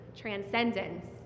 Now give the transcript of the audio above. transcendence